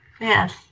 Yes